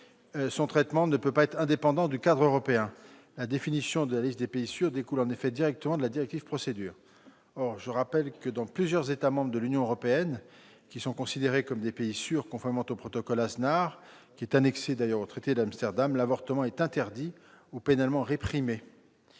l'avortement ne peut pas se traiter indépendamment du cadre européen. La définition de la liste des pays sûrs découle en effet directement de la directive Procédures. Or je rappelle que, dans plusieurs États membres de l'Union européenne, qui sont considérés comme des pays sûrs en vertu du protocole « Aznar » annexé au traité d'Amsterdam, l'avortement est interdit ou pénalement réprimé.